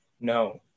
No